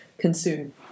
consume